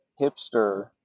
hipster